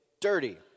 dirty